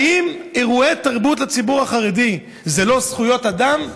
האם אירועי תרבות לציבור החרדי זה לא זכויות אדם?